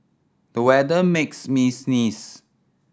the weather makes me sneeze